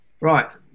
Right